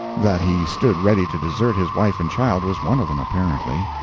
that he stood ready to desert his wife and child was one of them, apparently.